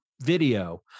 video